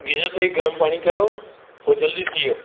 geyser ते ई गरम पाणी कयो हो जल्दी थी वियो